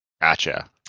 gotcha